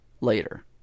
later